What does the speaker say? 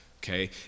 okay